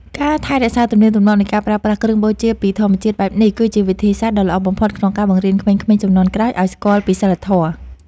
ការថែរក្សាទំនៀមទម្លាប់នៃការប្រើប្រាស់គ្រឿងបូជាពីធម្មជាតិបែបនេះ គឺជាវិធីសាស្ត្រដ៏ល្អបំផុតក្នុងការបង្រៀនក្មេងៗជំនាន់ក្រោយឱ្យស្គាល់ពីសីលធម៌។